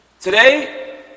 today